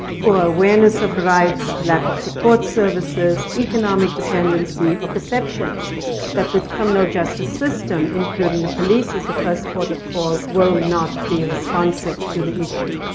poor awareness of rights, lack of support services, economic dependency, or perception that the criminal justice system, including the police as the first port of call, will not be responsive to the issue.